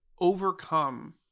overcome